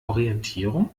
orientierung